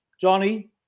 Johnny